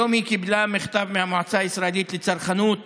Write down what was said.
היום היא קיבלה מכתב מהמועצה הישראלית לצרכנות